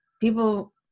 people